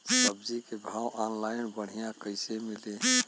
सब्जी के भाव ऑनलाइन बढ़ियां कइसे मिली?